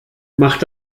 macht